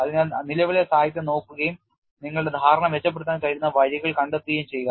അതിനാൽ നിലവിലെ സാഹിത്യം നോക്കുകയും നിങ്ങളുടെ ധാരണ മെച്ചപ്പെടുത്താൻ കഴിയുന്ന വഴികൾ കണ്ടെത്തുകയും ചെയ്യുക